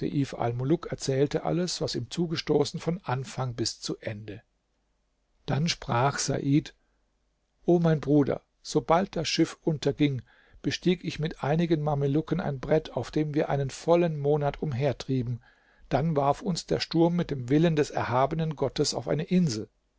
erzählte alles was ihm zugestoßen von anfang bis zu ende dann sprach said o mein bruder sobald das schiff unterging bestieg ich mit einigen mamelucken ein brett auf dem wir einen vollen monat umhertrieben dann warf uns der sturm mit dem willen des erhabenen gottes auf eine insel